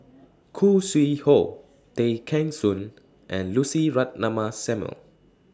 Khoo Sui Hoe Tay Kheng Soon and Lucy Ratnammah Samuel